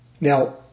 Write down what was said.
Now